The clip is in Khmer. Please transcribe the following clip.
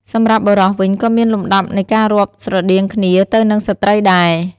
សម្រាប់ បុរស វិញក៏មានលំដាប់នៃការរាប់ស្រដៀងគ្នាទៅនឹងស្ត្រីដែរ។